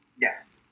Yes